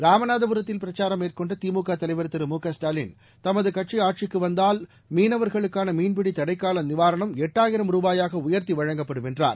ராமநாதபுரத்தில் பிரச்சாரம் மேற்கொண்டதிமுகதலைவர் ஸ்டாலின் தமதுகட்சிஆட்சிக்குவந்தால் மீனவர்களுக்கானமீன்பிடிதடைக்காலநிவாரணம் திரு எட்டாயிரம் ரூபாயாகஉயர்த்திவழங்கப்படும் என்றார்